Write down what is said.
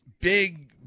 big –